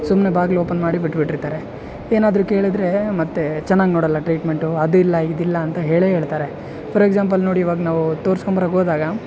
ಸುಮ್ನೆ ಬಾಗ್ಲು ಓಪನ್ ಮಾಡಿ ಬಿಡ್ಬಿಟ್ಟಿರ್ತಾರೆ ಏನಾದರು ಕೇಳಿದ್ರೆ ಮತ್ತೆ ಚನ್ನಾಗಿ ನೋಡೋಲ್ಲ ಟ್ರೀಟ್ಮೆಂಟು ಅದು ಇಲ್ಲ ಇದಿಲ್ಲ ಅಂತ ಹೇಳೇ ಹೇಳ್ತಾರೆ ಫರ್ ಎಕ್ಸಾಂಪಲ್ ನೋಡಿ ಇವಾಗ ನಾವು ತೋರಿಸ್ಕೊಂಡು ಬರೋಕ್ಕೆ ಹೋದಾಗ